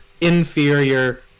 inferior